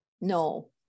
No